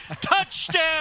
Touchdown